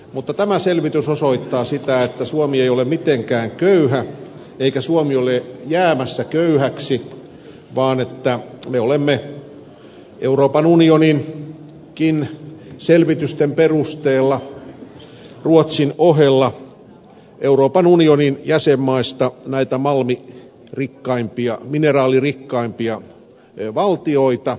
mutta tämä selvitys osoittaa sitä että suomi ei ole mitenkään köyhä eikä suomi ole jäämässä köyhäksi vaan että me olemme euroopan unioninkin selvitysten perusteella ruotsin ohella euroopan unionin jäsenmaista näitä malmirikkaimpia mineraalirikkaimpia valtiota